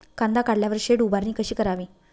कांदा काढल्यावर शेड उभारणी कशी करावी?